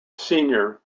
senior